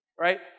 Right